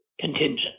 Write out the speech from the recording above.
contingent